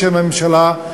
בשם הממשלה,